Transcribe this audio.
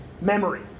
Memory